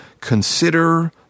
consider